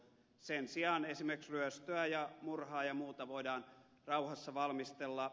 sen sijaan esimerkiksi ryöstöä ja murhaa ja muuta voidaan rauhassa valmistella